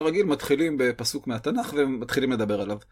רגיל מתחילים בפסוק מהתנ״ך, ומתחילים לדבר עליו.